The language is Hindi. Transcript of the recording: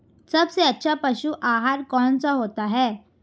सबसे अच्छा पशु आहार कौन सा होता है?